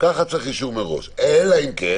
ככה צריך אישור מראש, אלא אם כן